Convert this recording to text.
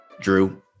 Drew